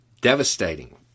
devastating